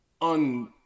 un